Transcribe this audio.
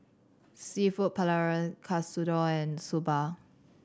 Seafood Paella Katsudon and Soba